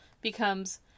becomes